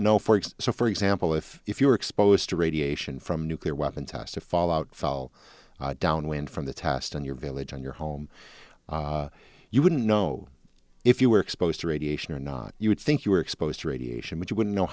it so for example if if you were exposed to radiation from nuclear weapons has to fall out fell downwind from the test in your village on your home you wouldn't know if you were exposed to radiation or not you would think you were exposed to radiation but you wouldn't know